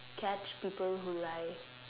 catch people who lie